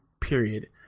period